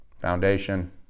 foundation